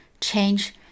change